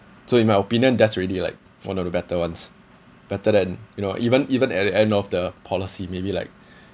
so in my opinion that's already like one of the better ones better than you know even even at the end of the policy maybe like